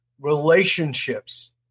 relationships